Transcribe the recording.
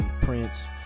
Prince